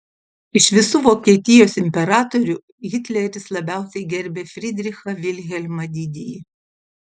iš visų vokietijos imperatorių hitleris labiausiai gerbė fridrichą vilhelmą didįjį